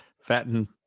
Fatten